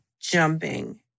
jumping